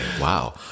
wow